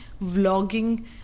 vlogging